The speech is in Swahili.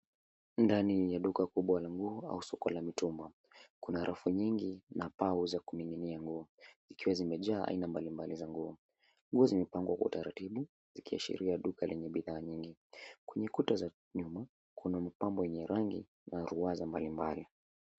Ndani ya duka kubwa la nguo au soko la mitumba kuna rafu nyingi na pau za kuning'inia nguo ikiwa zimejaa aina mbalimbali za nguo. Nguo zimepangwa kwa utaratibu zikiashiria duka lenye bidhaa nyingi. Kwenye kuta za nyuma, kuna mapambo yenye rangi na ruwaza mbalimbali.